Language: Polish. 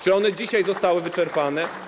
Czy one dzisiaj zostały wyczerpane?